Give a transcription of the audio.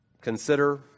consider